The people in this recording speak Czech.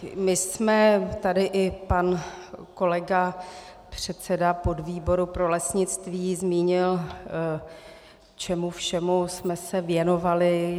My jsme tady i pan kolega předseda podvýboru pro lesnictví zmínil, čemu všemu jsme se věnovali.